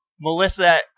melissa